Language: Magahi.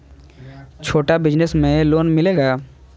छोटा बिजनस में लोन मिलेगा?